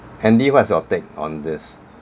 andy what's your take on this